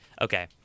okay